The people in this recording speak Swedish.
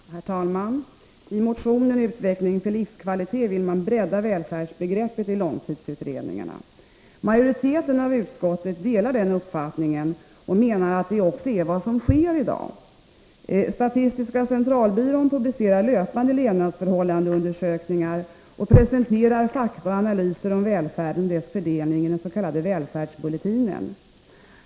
Herr talman! I motionen ”Utveckling för livskvalitet” vill man bredda välfärdsbegreppet i långtidsutredningarna. Majoriteten av utskottet delar den uppfattningen och menar att det också är vad som sker i dag. Statistiska centralbyrån publicerar löpande levnadsförhållandeundersökningar och presenterar fakta och analyser om välfärden och dess fördelning i den s.k. Välfärdsbulletinen.